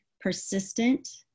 Persistent